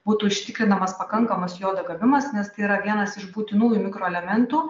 būtų užtikrinamas pakankamas jodo gavimas nes tai yra vienas iš būtinųjų mikroelementų